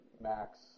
max